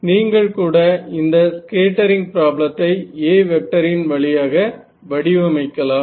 நீங்கள் கூட இந்த ஸ்கேட்டரிங் ப்ராப்ளத்தை A வெக்டரின் வழியாக வடிவமைக்கலாம்